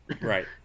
Right